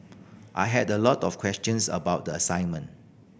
I had a lot of questions about the assignment